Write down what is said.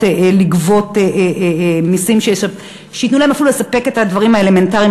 לגבות ארנונה ומסים שיאפשרו להם לספק אפילו את הדברים האלמנטריים,